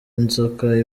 inzoka